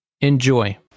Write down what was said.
Enjoy